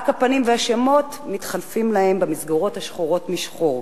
רק הפנים והשמות מתחלפים להם במסגרות השחורות משחור.